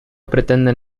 pretenden